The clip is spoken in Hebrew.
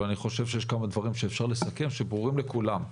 אבל אני חושב שיש כמה דברים שאפשר לסכם שברורים לכולם.